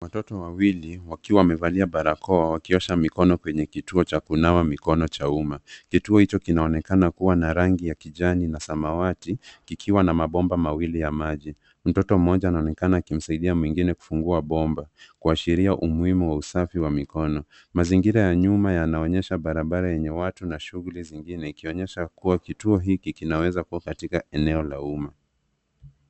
Watoto wawili wakiwa wamevalia barakoa wakiosha mikono kwenye kituo cha kunawa mikono cha umma. Kituo hicho kinaonekana kuwa na rangi ya kijani na samawati kikiwa na mabomba mawili ya maji. Mtoto mmoja anaonekana akimsaidia mwingine kufungua bomba kuashiria umuhimu wa usafi wa mikono. Mazingira ya nyuma yanaonyesha barabara yenye watu na shughuli zingine ikionyesha kuwa kituo hiki kinaweza kuwa katika eneo la umma.